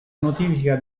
notifica